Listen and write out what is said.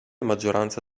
maggioranza